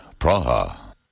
Praha